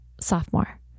sophomore